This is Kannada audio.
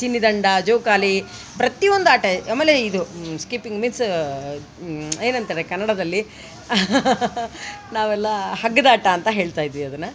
ಚಿನ್ನಿದಾಂಡು ಜೋಕಾಲಿ ಪ್ರತಿಯೊಂದು ಆಟ ಆಮೇಲೆ ಇದು ಸ್ಕಿಪ್ಪಿಂಗ್ ಮೀನ್ಸ್ ಏನಂತಾರೆ ಕನ್ನಡದಲ್ಲಿ ನಾವೆಲ್ಲ ಹಗ್ದಾಟ ಅಂತ ಹೇಳ್ತಾಯಿದ್ವಿ ಅದನ್ನು